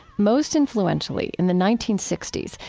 most influentially in the nineteen sixty s,